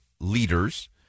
leaders